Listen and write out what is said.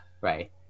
Right